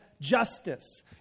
justice